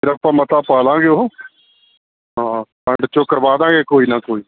ਫਿਰ ਆਪਾਂ ਮਤਾ ਪਾ ਲਾਂਗੇ ਉਹ ਹਾਂ ਪਿੰਡ 'ਚੋਂ ਕਰਵਾ ਦਾਂਗੇ ਕੋਈ ਨਾ ਕੋਈ